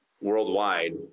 worldwide